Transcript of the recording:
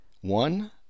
one